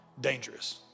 dangerous